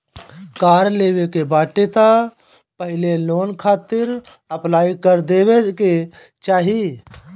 कार लेवे के बाटे तअ पहिले लोन खातिर अप्लाई कर देवे के चाही